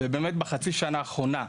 בחצי השנה האחרונה,